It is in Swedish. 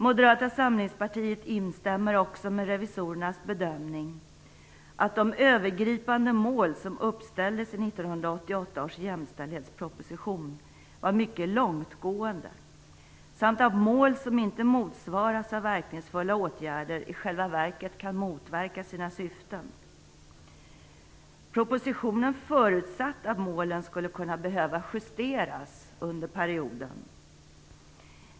Moderata samlingspartiet instämmer också i revisorernas bedömning att de övergripande mål som uppställdes i 1988 års jämställdhetsproposition var mycket långtgående samt att mål som inte motsvaras av verkningsfulla åtgärder i själva verket kan motverka sina syften. Propositionen förutsatte att målen skulle kunna behöva justeras under perioden.